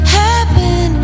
happen